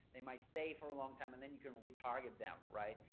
they might stay for a long time. and then you can retarget them, right.